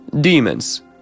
demons